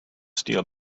steel